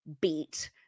beat